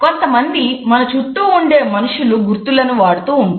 కొంతమంది మన చుట్టూ ఉన్న మనుషులు గుర్తులను వాడుతూ ఉంటారు